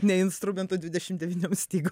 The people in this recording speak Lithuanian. ne instrumentu dvidešim devynių stygų